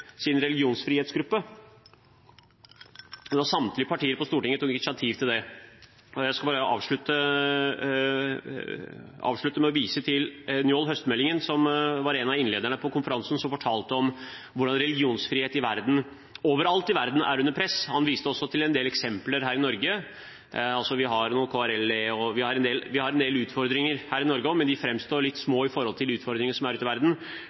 tok initiativ til det. Jeg skal bare avslutte med å vise til Njål Høstmælingen, som var en av innlederne på konferansen. Han fortalte om hvordan religionsfrihet i verden, overalt i verden, er under press. Han viste også til en del eksempler her i Norge. Vi har KRLE, og vi har en del utfordringer her i Norge også, men de framstår som litt små i forhold til de utfordringene som er ute i verden.